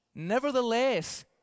Nevertheless